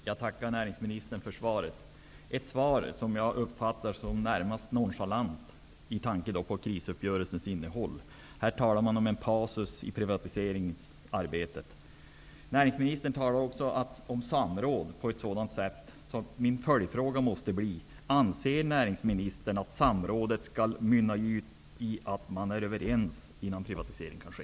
Fru talman! Jag tackar näringsministern för svaret -- ett svar som jag uppfattar som närmast nonchalant, med tanke på krisuppgörelsens innehåll. Här talas det om en passus i privatiseringsarbetet. Näringsministern talar också om samråd och gör det på ett sådant sätt att min följdfråga måste bli: Anser näringsministern att samrådet skall mynna ut i att man är överens innan privatisering kan ske?